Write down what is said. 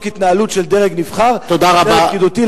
התנהלות של דרג נבחר ודרג פקידותי.